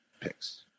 Picks